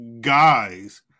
guys